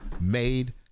made